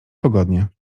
pogodnie